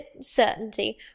certainty